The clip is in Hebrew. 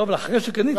לא, אבל אחרי שקנית.